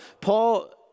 Paul